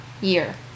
year